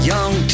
Young